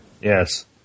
Yes